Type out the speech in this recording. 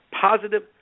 positive